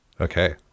okay